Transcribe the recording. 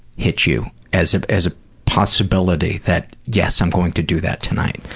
hit you as ah as a possibility that, yes, i'm going to do that tonight?